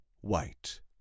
white